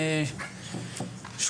אני מתכבד לפתוח את ועדת החינוך,